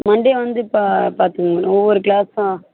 Monday வந்து பா பார்த்துக்குங்க மேடம் ஒவ்வொரு க்ளாஸா